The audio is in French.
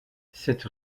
cette